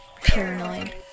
paranoid